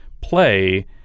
play